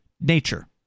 nature